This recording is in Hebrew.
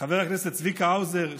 חבר הכנסת צביקה האוזר,